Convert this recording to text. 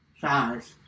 size